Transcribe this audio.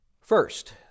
First